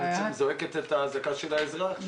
היא זועקת את הזעקה של האזרח.